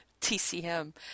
TCM